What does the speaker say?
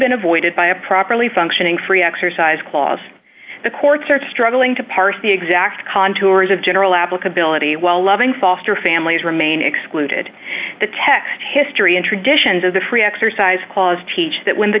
been avoided by a properly functioning free exercise clause the courts are struggling to parse the exact contours of general applicability while loving foster families remain excluded the text history and traditions of the free exercise clause teach that when the